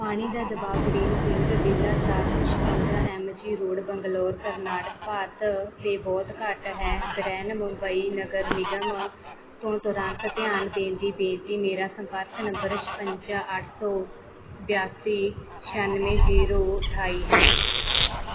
ਪਾਣੀ ਦਾ ਦਬਾਅ ਗ੍ਰੀਨਫੀਲਡ ਵਿਲਾ ਚਾਰ ਸੌ ਛਪੰਜਾ M G road Bangalore Karnataka Bharat 'ਤੇ ਬਹੁਤ ਘੱਟ ਹੈ ਬ੍ਰਿਹਨਮੁੰਬਈ ਨਗਰ ਨਿਗਮ ਤੋਂ ਤੁਰੰਤ ਧਿਆਨ ਦੇਣ ਦੀ ਬੇਨਤੀ ਮੇਰਾ ਸੰਪਰਕ ਨੰਬਰ ਛਪੰਜਾ ਅੱਠ ਸੌ ਬਿਆਸੀ ਛਿਆਨਵੇਂ ਜ਼ੀਰੋ ਅਠਾਈ ਹੈ